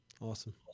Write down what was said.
Awesome